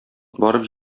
барып